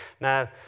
Now